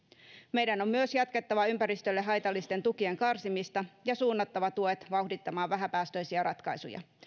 meidän on myös jatkettava ympäristölle haitallisten tukien karsimista ja suunnattava tuet vauhdittamaan vähäpäästöisiä ratkaisuja